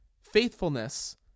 Faithfulness